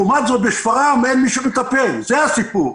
לעומת זה בשפרעם אין מי שמטפל, זה הסיפור.